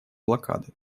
блокады